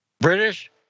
British